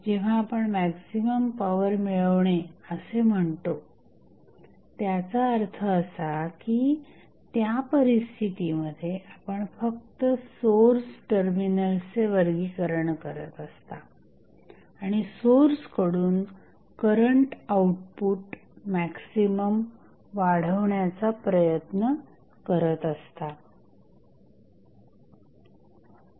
जेव्हा आपण maximum power मिळवणे असे म्हणतो त्याचा अर्थ असा की त्या परिस्थितीमध्ये आपण फक्त सोर्स टर्मिनल्सचे वर्गीकरण करत असता आणि सोर्सकडून करंट आउटपुट मॅक्झिमम वाढवण्याचा प्रयत्न करत असता